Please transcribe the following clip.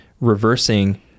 reversing